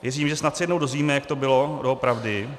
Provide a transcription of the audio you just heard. Věřím, že snad se jednou dozvíme, jak to bylo doopravdy.